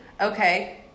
Okay